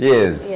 Yes